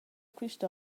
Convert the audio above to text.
quist